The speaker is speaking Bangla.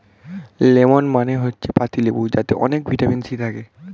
লেমন মানে হচ্ছে পাতিলেবু যাতে অনেক ভিটামিন সি থাকে